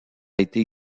été